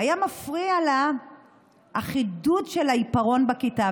מפריע לה החידוד של העיפרון בכיתה.